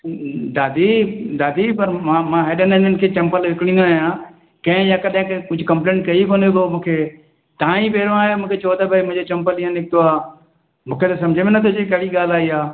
दादी दादी पर मां मां हेॾनि ॼणनि खे चंपल विकिणियूं आहिनि कंहिं ईअं कुझु कंपलेंट कई कोन्हे अथव मूंखे ताईं पहिरों आहे मूंखे चओ त भई मूंखे चंपल इहो निकितो आहे मूंखे सम्झि में नथो अचे कॾहिं जी ॻाल्हि आहे इहा